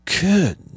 Good